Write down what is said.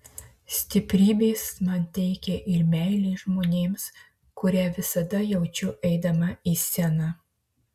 stiprybės man teikia ir meilė žmonėms kurią visada jaučiu eidama į sceną